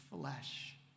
flesh